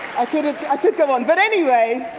i could ah i could go on but anyway,